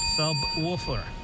Subwoofer